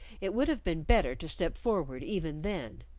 it would have been better to step forward even then.